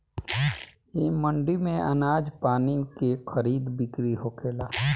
ए मंडी में आनाज पानी के खरीद बिक्री होखेला